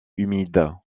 humides